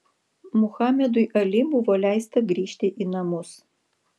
muhamedui ali buvo leista grįžti į namus